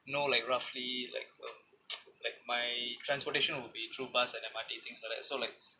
know like roughly like um like my transportation will be through bus and M_R_T things like that so like